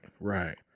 Right